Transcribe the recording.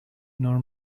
nor